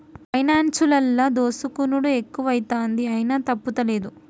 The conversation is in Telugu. పైనాన్సులల్ల దోసుకునుడు ఎక్కువైతంది, అయినా తప్పుతలేదు